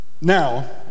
Now